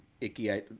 icky